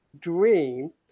dream